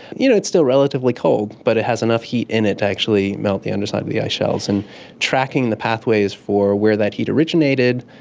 you know, it's still relatively cold but it has enough heat in it to actually melt the underside of the ice shelves. and tracking the pathways for where that heat originated,